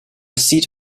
seat